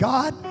God